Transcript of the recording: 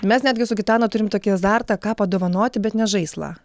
mes netgi su gitana turim tokį azartą ką padovanoti bet ne žaislą